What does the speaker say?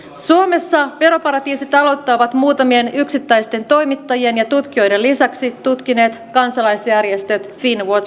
suomessa veroparatiisitaloutta ovat muutamien yksittäisten toimittajien ja tutkijoiden lisäksi tutkineet kansalaisjärjestöt finnwatch ja kepa